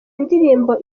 ndirimbo